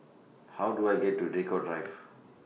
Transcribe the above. How Do I get to Draycott Drive